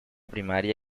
primaria